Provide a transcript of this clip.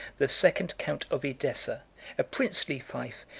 the second count of edessa a princely fief,